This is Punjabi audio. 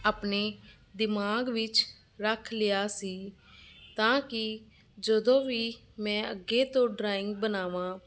ਆਪਣੇ ਦਿਮਾਗ ਵਿੱਚ ਰੱਖ ਲਿਆ ਸੀ ਤਾਂ ਕਿ ਜਦੋਂ ਵੀ ਮੈਂ ਅੱਗੇ ਤੋਂ ਡਰਾਇੰਗ ਬਣਾਵਾਂ